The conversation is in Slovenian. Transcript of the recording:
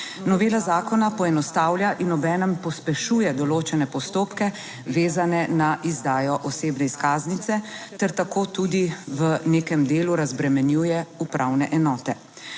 (nadaljevanje) poenostavlja in obenem pospešuje določene postopke vezane na izdajo osebne izkaznice, ter tako tudi v nekem delu razbremenjuje upravne enote.